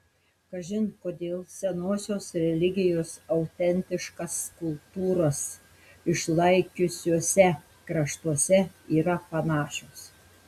kažin kodėl senosios religijos autentiškas kultūras išlaikiusiuose kraštuose yra panašios